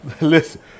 Listen